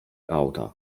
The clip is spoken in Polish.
auta